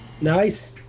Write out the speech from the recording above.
nice